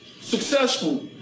successful